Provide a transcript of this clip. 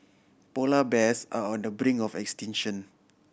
polar bears are on the brink of extinction